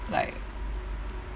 like